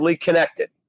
Connected